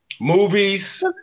movies